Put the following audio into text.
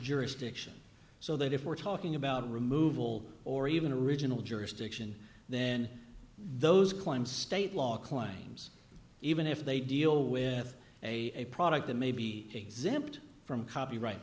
jurisdiction so that if we're talking about removal or even original jurisdiction then those claims state law claims even if they deal with a product that may be exempt from copyright